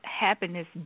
happiness